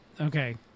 Okay